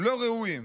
לא ראויים.